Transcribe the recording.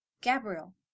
Gabriel